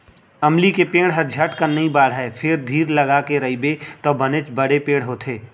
अमली के पेड़ हर झटकन नइ बाढ़य फेर धीर लगाके रइबे तौ बनेच बड़े पेड़ होथे